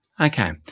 Okay